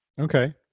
okay